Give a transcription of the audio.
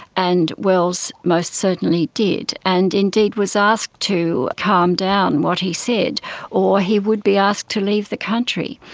and wells most certainly did. and indeed he was asked to calm down what he said or he would be asked to leave the country.